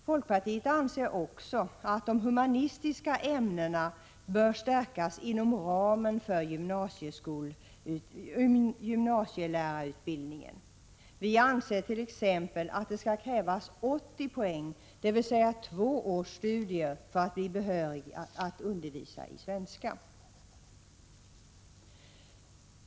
Folkpartiet anser också att de humanistiska ämnena bör stärkas inom ramen för gymnasielärarutbildningen. Vi anser t.ex. att det skall krävas 80 poäng, dvs. två års studier, för att bli behörig att undervisa i svenska.